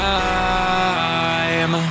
time